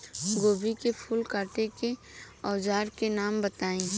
गोभी के फूल काटे के औज़ार के नाम बताई?